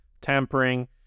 tampering